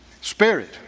spirit